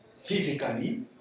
physically